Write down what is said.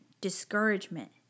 discouragement